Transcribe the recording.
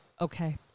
Okay